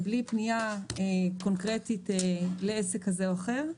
להחזיר בלי פנייה קונקרטית לעסק כזה או אחר.